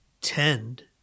tend